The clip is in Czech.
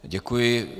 Děkuji.